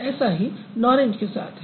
ऐसा ही नॉरेंज के साथ है